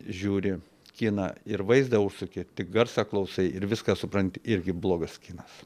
žiūri kiną ir vaizdą užsuki tik garsą klausai ir viską supranti irgi blogas kinas